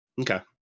Okay